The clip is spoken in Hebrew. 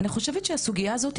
אני חושבת שהסוגייה הזאת,